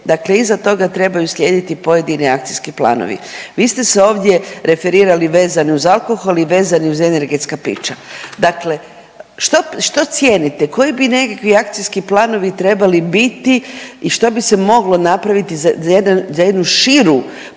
dakle iza toga trebaju slijediti pojedini akcijski planovi. Vi ste se ovdje referirali vezano uz alkohol i vezani uz energetska pića. Dakle što cijenite, koji bi nekakvi akcijski planovi trebali biti i što bi se moglo napraviti za jednu širu